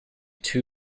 too